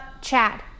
Chad